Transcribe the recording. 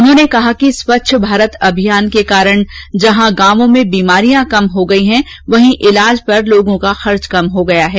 उन्होंने कहा कि स्वच्छ भारत अभियान कारण जहां गांवों में बीमारियां कम हो गई है वहीं इलाज पर लोगों का खर्च कम हो गया है